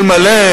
אלמלא,